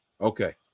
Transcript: Okay